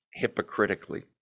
hypocritically